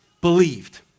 believed